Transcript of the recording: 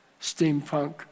steampunk